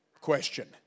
question